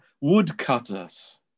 woodcutters